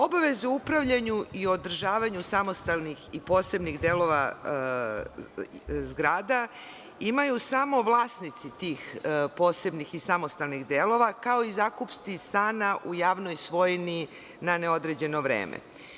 Obavezu upravljanja i održavanja samostalnih i posebnih delova zgrada imaju samo vlasnici tih posebnih i samostalnih delova, kao i zakupci stana u javnoj svojini na neodređeno vreme.